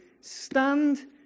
stand